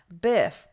Biff